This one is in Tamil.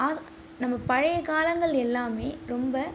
நம்ம பழைய காலங்கள் எல்லாமே ரொம்ப